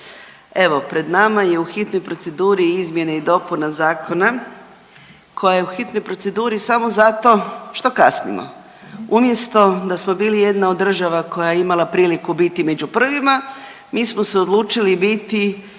Evo pred nama je u hitnoj proceduri izmjene i dopuna zakona koja je u hitnoj proceduri samo zato što kasnimo, umjesto da smo bili jedna od država koja je imala priliku biti među prvima, mi smo se odlučili biti